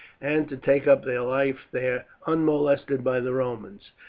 and to take up their life there unmolested by the romans.